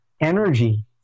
energy